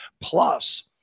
plus –